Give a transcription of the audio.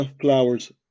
flowers